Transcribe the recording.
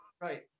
Right